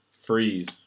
Freeze